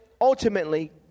ultimately